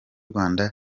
rwanda